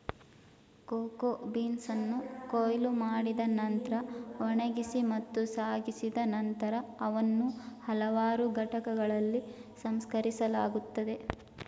cocoa ಬೀನ್ಸನ್ನು ಕೊಯ್ಲು ಮಾಡಿದ ನಂತ್ರ ಒಣಗಿಸಿ ಮತ್ತು ಸಾಗಿಸಿದ ನಂತರ ಅವನ್ನು ಹಲವಾರು ಘಟಕಗಳಲ್ಲಿ ಸಂಸ್ಕರಿಸಲಾಗುತ್ತದೆ